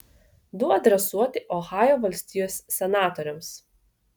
du adresuoti ohajo valstijos senatoriams